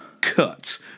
cut